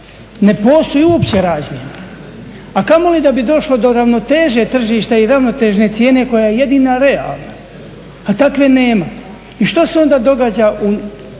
ne postoji uopće razmjena, a kamoli da bi došlo do ravnoteže tržišta i ravnotežne cijene koja je jedina realna, a takve nema. I što se onda događa?